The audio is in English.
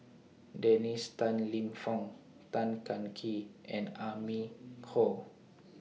Dennis Tan Lip Fong Tan Kah Kee and Amy Khor